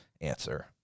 answer